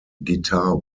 guitar